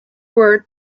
word